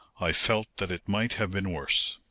i felt that it might have been worse.